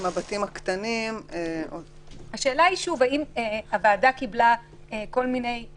הבתים הקטנים --- השאלה היא האם הוועדה קיבלה איזשהם